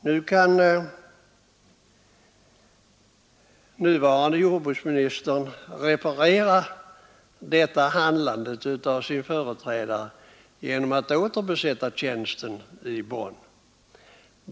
Nu kan emellertid jordbruksministern reparera sin företrädares felaktiga handlande genom att återbesätta tjänsten i Bonn.